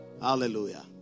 Hallelujah